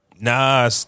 Nah